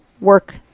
work